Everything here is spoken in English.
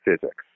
physics